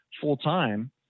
full-time